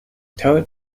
toad